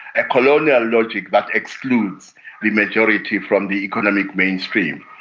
a colonial logic that excludes the majority from the economic mainstream.